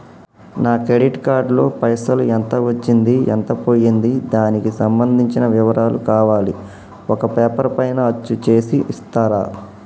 నా credit card లో పైసలు ఎంత వచ్చింది ఎంత పోయింది దానికి సంబంధించిన వివరాలు కావాలి ఒక పేపర్ పైన అచ్చు చేసి ఇస్తరా?